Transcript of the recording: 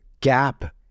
gap